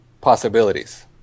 possibilities